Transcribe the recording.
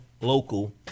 local